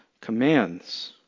commands